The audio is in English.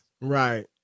Right